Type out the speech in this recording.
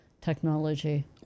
technology